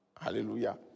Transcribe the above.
Hallelujah